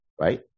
Right